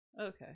Okay